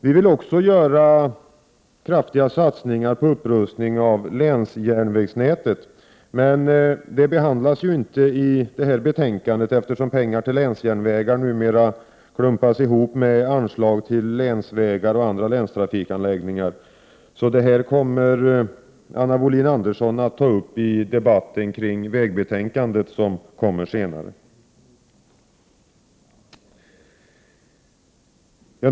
Vi vill också satsa kraftigt på upprustningen av länsjärnvägsnätet. Men det behandlas inte i detta betänkande, eftersom pengar till länsjärnvägar numera klumpas ihop med anslag till länsvägar och andra länstrafikanläggningar. Detta kommer därför Anna Wohlin-Andersson att ta upp i debatten kring vägbetänkandet, som kommer senare.